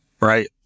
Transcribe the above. right